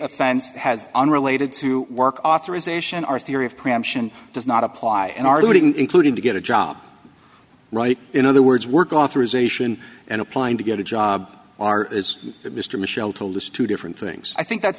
offense has unrelated to work authorization our theory of preemption does not apply in our voting including to get a job right in other words work authorization and applying to get a job are is that mr michel to listen to different things i think that's